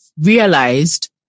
realized